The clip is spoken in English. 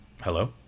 Hello